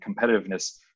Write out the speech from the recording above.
competitiveness